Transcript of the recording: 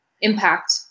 impact